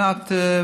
ענת,